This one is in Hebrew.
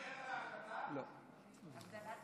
ערער על זה, לא ערער על